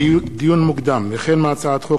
לדיון מוקדם: החל בהצעת חוק